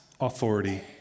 authority